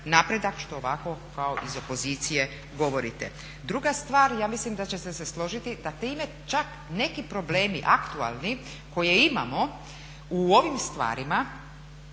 napredak što ovako kao iz opozicije govorite. Druga stvar, ja mislim da ćete se složiti da time čak neki problemi aktualni koje imamo u ovim stvarima